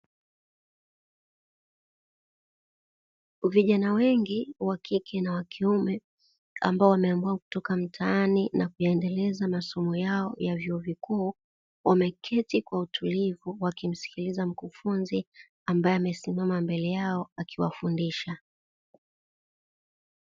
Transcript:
Vijana wengi wakike na wakiume, ambao wameamua kutoka mtaani na kuendeleza masomo yao ya vyuo vikuu wameketi kwa utulivu, wakimsikiliza mkufunzi ambaye amesimama mbele yao akiwafundisha.